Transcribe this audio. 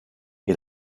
est